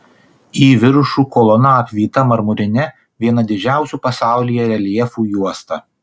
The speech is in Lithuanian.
į viršų kolona apvyta marmurine viena didžiausių pasaulyje reljefų juosta